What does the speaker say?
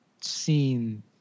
seen